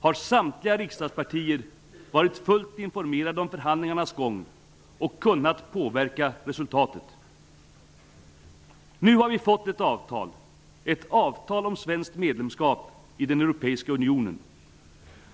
har samtliga riksdagspartier varit fullt informerade om förhandlingarnas gång och kunnat påverka resultatet. Nu har vi fått ett avtal -- ett avtal om svenskt medlemskap i den europeiska unionen.